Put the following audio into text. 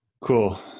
Cool